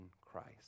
Christ